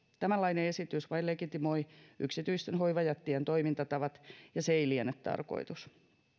tämänlainen esitys vain legitimoi yksityisten hoivajättien toimintatavat ja se ei liene tarkoitus